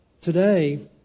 today